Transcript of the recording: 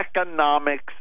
Economics